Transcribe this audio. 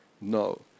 No